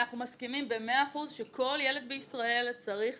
אנחנו מסכימים במאה אחוז שיש לאפשר לכל ילד בישראל למצוא